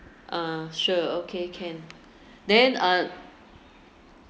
ah sure okay can then uh